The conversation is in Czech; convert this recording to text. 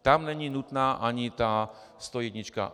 Tam není nutná ani ta stojednička.